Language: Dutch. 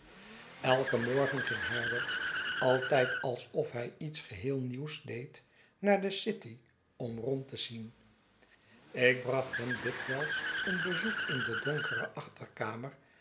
elken morgen ging herbert altijd alsof hij iets geheel nieuws deed naar de city om rond te zien ik bracht hem dikwijls een bezoek in de donkere achterkamer